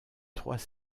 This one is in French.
trois